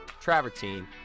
travertine